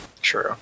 True